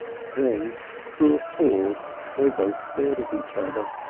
then through a pause they both stared at each other,